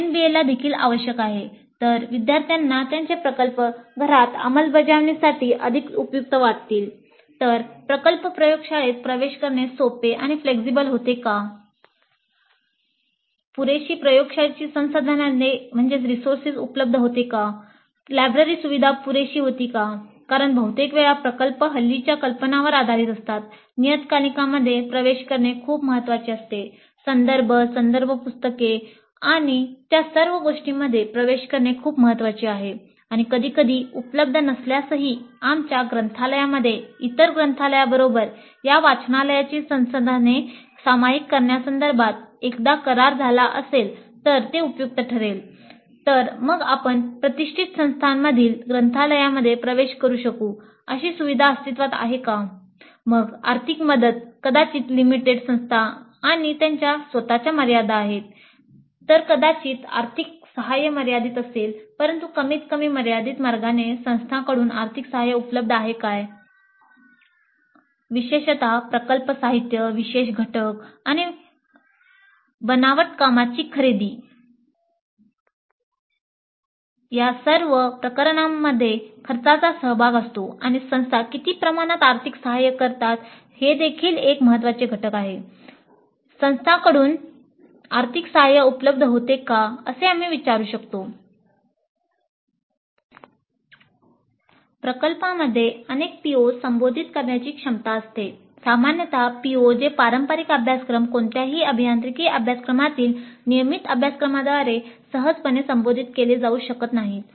"पुरेशी प्रयोगशाळेची संसाधने उपलब्ध होती" "लायब्ररी सुविधा पुरेशी होती" मग आर्थिक मदत कदाचित लिमिटेड प्रकल्पांमध्ये अनेक PO संबोधित करण्याची क्षमता असते सामान्यत PO जे पारंपारिक अभ्यासक्रम कोणत्याही अभियांत्रिकी अभ्यासक्रमातील नियमित अभ्यासक्रमांद्वारे सहजपणे संबोधित केले जाऊ शकत नाहीत